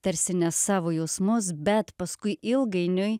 tarsi ne savo jausmus bet paskui ilgainiui